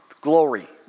Glory